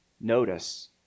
notice